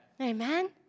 Amen